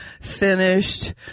finished